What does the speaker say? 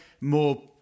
more